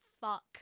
fuck